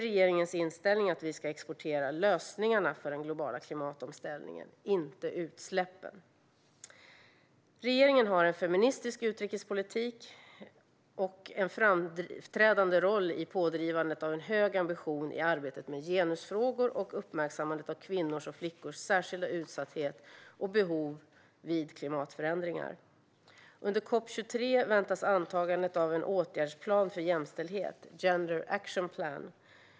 Regeringens inställning är att vi ska exportera lösningarna för den globala klimatomställningen, inte utsläppen. Regeringen har en feministisk utrikespolitik och en framträdande roll i pådrivandet av hög ambition i arbetet med genusfrågor och uppmärksammandet av kvinnors och flickors särskilda utsatthet och behov vid klimatförändringar. Under COP 23 väntas antagande av en åtgärdsplan för jämställdhet, gender action plan.